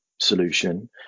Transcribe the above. solution